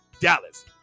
Dallas